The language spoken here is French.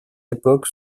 époque